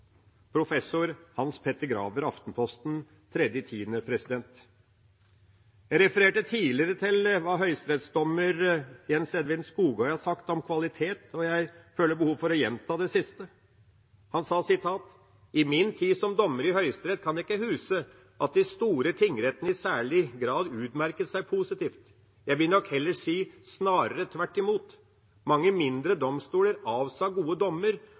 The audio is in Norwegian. Jeg refererte tidligere til hva høyesterettsdommer Jens Edvin Skoghøy har sagt om kvalitet, og jeg føler behov for å gjenta det siste. Han sa: «I min tid som dommer i Høyesterett kan jeg ikke huske at de store tingrettene i særlig grad utmerket seg positivt. Jeg vil nok heller si: Snarere tvert imot! Mange mindre domstoler avsa gode dommer,